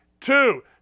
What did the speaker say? two